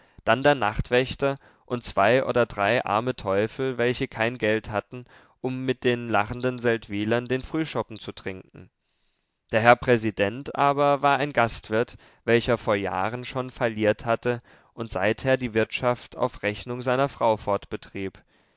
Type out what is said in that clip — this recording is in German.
dann der nachtwächter und zwei oder drei arme teufel welche kein geld hatten um mit den lachenden seldwylern den frühschoppen zu trinken der herr präsident aber war ein gastwirt welcher vor jahren schon falliert hatte und seither die wirtschaft auf rechnung seiner frau